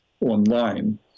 online